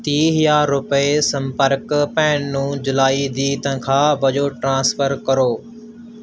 ਤੀਹ ਹਜ਼ਾਰ ਰੁਪਏ ਸੰਪਰਕ ਭੈਣ ਨੂੰ ਜੁਲਾਈ ਦੀ ਤਨਖ਼ਾਹ ਵਜੋਂ ਟ੍ਰਾਂਸਫਰ ਕਰੋ